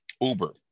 Uber